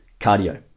cardio